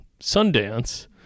sundance